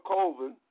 Colvin